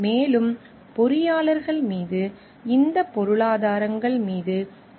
மேலும் பொறியாளர்கள் மீது இந்த பொருளாதாரங்கள் மீது நம்பிக்கை வைக்கப்பட்டுள்ளது